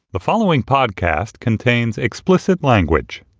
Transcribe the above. the following podcast contains explicit language